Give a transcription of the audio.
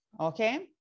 Okay